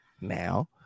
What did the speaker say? now